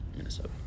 Minnesota